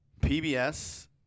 PBS